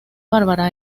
bárbara